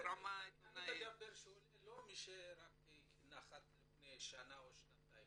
אני מדבר לא רק על מי שנחת לפני שנה או שנתיים,